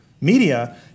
media